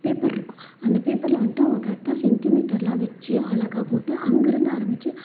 paper இருக்கும் அந்த பேப்பரில் வந்துட்டு அவங்க கரெக்டாக சென்டிமீட்டர் எல்லாம் வச்சு அழகாக போட்டு அங்கேருந்து ஆரம்பிச்சு